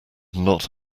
not